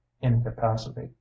incapacity